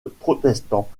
protestant